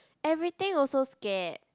everything also scared